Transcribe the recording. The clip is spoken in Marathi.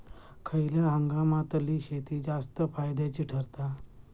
खयल्या हंगामातली शेती जास्त फायद्याची ठरता?